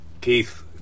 Keith